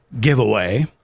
giveaway